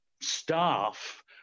staff